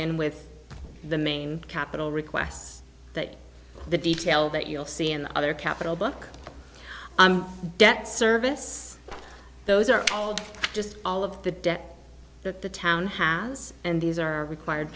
in with the main capital requests that the detail that you'll see in other capital buck debt service those are just all of the debt that the town has and these are required